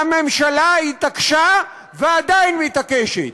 והממשלה התעקשה, ועדיין מתעקשת,